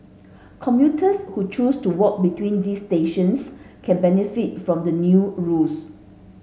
commuters who choose to walk between these stations can benefit from the new rules